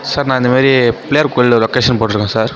sir நான் இந்த மாதிரி பிள்ளையார் கோயிலில் லொகேஷன் போட்டிருக்கேன் சார்